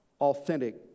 authentic